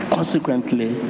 Consequently